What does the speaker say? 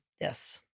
Yes